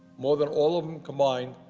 more than all of them combined.